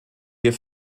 wir